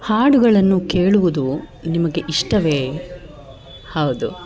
ಹಾಡುಗಳನ್ನು ಕೇಳುವುದು ನಿಮಗೆ ಇಷ್ಟವೇ ಹೌದು